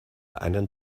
einen